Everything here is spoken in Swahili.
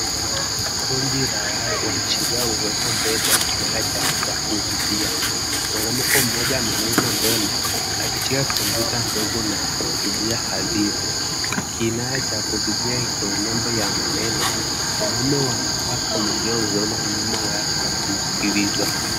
Kundi la wanasheria wamesimama mbele ya kinara cha kuhutubia. Mwanamke mmoja amesimama mbele akishika kompyuta ndogo na anahutubia hadhira. Kinara cha kuhutubia ni chenye nembo ya maneno. Wanaume, wanawake wameingia wamesimama nyuma yake wakimskiliza.